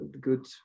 good